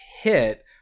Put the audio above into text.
hit